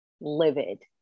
livid